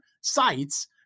sites